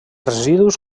residus